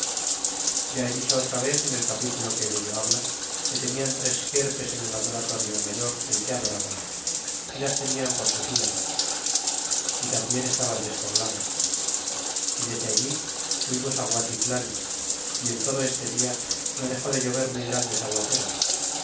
ya he dicho otra vez en el capitulo que dello habla que tenían tres sierpes en el adoratorio mayor en que adoraban y las tenian por sus ídolos y tarnbien estaban despoblados y desde allí fuimos á guatillan y en todo este día no dexó de llover muy grandes aguaceros